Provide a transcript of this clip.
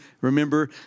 Remember